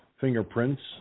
fingerprints